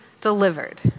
delivered